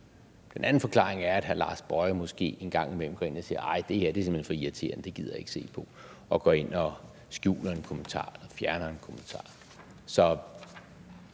Den anden forklaring er, at hr. Lars Boje Mathiesen måske engang imellem går ind og siger: Nej, det her er simpelt hen for irriterende, det gider jeg ikke se på. Og så går han ind og skjuler eller fjerner en kommentar.